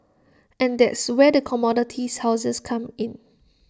and that's where the commodities houses come in